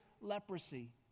leprosy